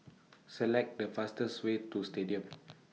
Select The fastest Way to Stadium